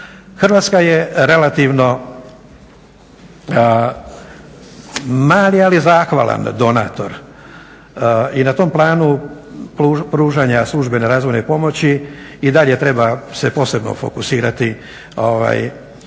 Hrvatska je relativno mali ali zahvalan donator. I na tom planu pružanja službene razvojne pomoći i dalje treba se posebno fokusirati